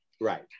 right